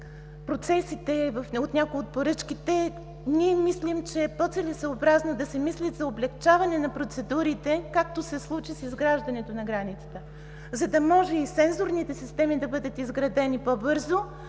процесите, в някои от поръчките, ние мислим, че е по-целесъобразно да се мисли за облекчаване на процедурите, както се случи с изграждането на границата, за да може и сензорните системи да бъдат изградени по бързо